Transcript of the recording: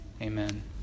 Amen